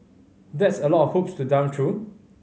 that's a lot of hoops to jump through